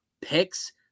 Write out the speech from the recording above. picks